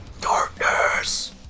Darkness